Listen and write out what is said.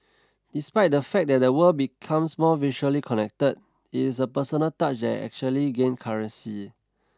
despite the fact that the world becomes more virtually connected it is the personal touch that actually gained currency